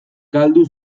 galdu